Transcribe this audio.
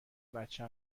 بچه